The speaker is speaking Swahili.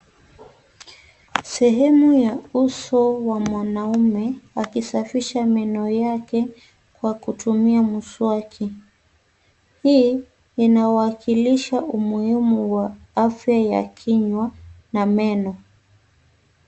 Sehemu ya uso wa mwanaume akisafisha meno yake kwa kutumia mswaki. Hii inawakilisha umuhimu wa afya ya kinywa na meno.